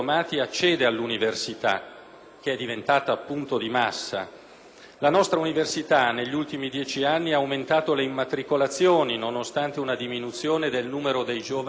La nostra università negli ultimi dieci anni ha aumentato le immatricolazioni, nonostante una diminuzione del numero dei giovani tra i 18 e i 20 anni,